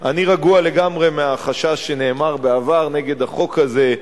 אני רגוע לגמרי לגבי החשש שנאמר בעבר נגד החוק הזה,